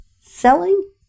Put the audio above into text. selling